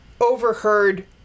overheard